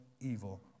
evil